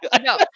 No